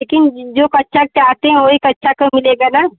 लेकिन जो कक्षा के चाहते हैं वही कक्षा का मिलेगा ना